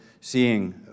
seeing